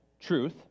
truth